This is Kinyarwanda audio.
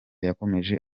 yakomeje